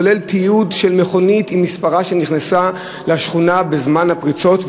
כולל תיעוד של מכונית עם מספרה שנכנסה לשכונה בזמן הפריצות.